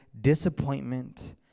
disappointment